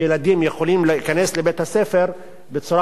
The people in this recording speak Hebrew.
והילדים יכולים להיכנס לבית הספר בצורה